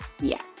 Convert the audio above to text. Yes